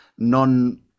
Non